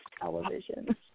television